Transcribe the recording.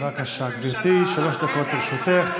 תקום ממשלה, בבקשה, גברתי, שלוש דקות לרשותך.